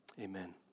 Amen